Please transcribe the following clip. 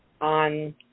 on